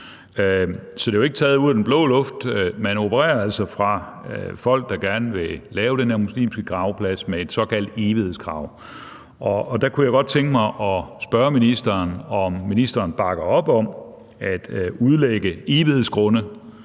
Så det er jo ikke taget ud af den blå luft. Folk, der gerne vil lave den her muslimske gravplads, opererer altså med et såkaldt evighedskrav. Og der kunne jeg godt tænke mig at spørge ministeren, om ministeren bakker op om at udlægge evighedsgrunde